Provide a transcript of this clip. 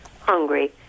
hungry